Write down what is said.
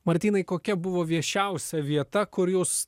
martynai kokia buvo viešiausia vieta kur jūs